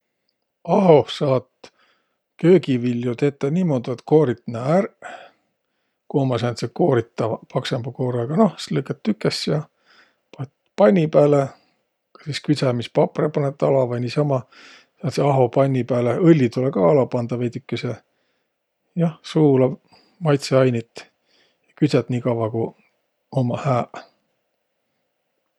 Ahoh saat köögiviljo tetäq niimuudu, et koorit nä ärq, ku ummaq sääntseq kooritavaq, paksõmba koorõgaq. Noh, sis lõikat tükes ja panõt panni pääle, sis küdsämispaprõ panõt ala vai niisama sääntse ahopanni pääle. Õlli tulõ ka alaq pandaq veidükese. Jah, suula, maitsõainit. Ja küdsät niikavva, ku ummaq hääq.